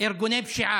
אבל